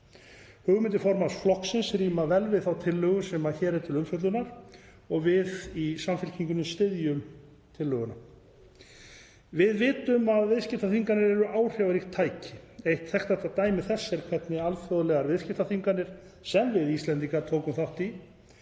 Hugmyndir formanns flokksins ríma vel við þá tillögu sem hér er til umfjöllunar og við í Samfylkingunni styðjum tillöguna. Við vitum að viðskiptaþvinganir eru áhrifaríkt tæki. Eitt þekktasta dæmi þess er hvernig alþjóðlegar viðskiptaþvinganir, sem Íslendingar tóku þátt í,